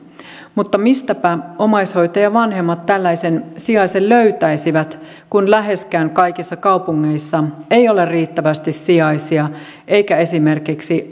mutta mistäpä omaishoitajavanhemmat tällaisen sijaisen löytäisivät kun läheskään kaikissa kaupungeissa ei ole riittävästi sijaisia eikä esimerkiksi